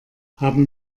haben